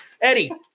Eddie